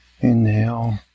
inhale